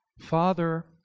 Father